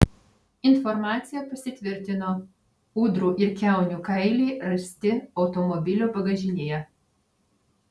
informacija pasitvirtino ūdrų ir kiaunių kailiai rasti automobilio bagažinėje